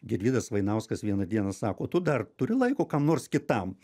gedvydas vainauskas vieną dieną sako tu dar turi laiko kam nors kitam